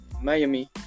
Miami